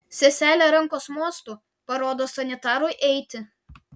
seselė rankos mostu parodo sanitarui eiti